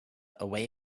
away